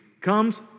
comes